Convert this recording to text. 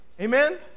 Amen